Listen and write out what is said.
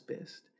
best